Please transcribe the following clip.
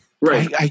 Right